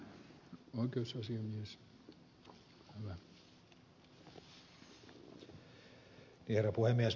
arvoisa herra puhemies